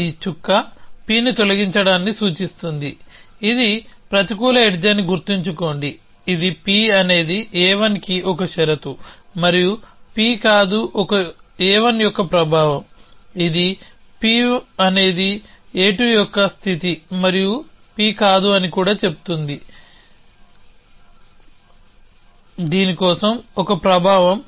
ఈ చుక్క P ని తొలగించడాన్ని సూచిస్తుంది ఇది ప్రతికూల ఎడ్జ్ అని గుర్తుంచుకోండి ఇది P అనేది a1కి ఒక షరతు మరియు P కాదు ఒక a1 యొక్క ప్రభావం ఇది P అనేది a2 యొక్క స్థితి మరియు P కాదు అని కూడా చెబుతోంది కోసం ఒక ప్రభావం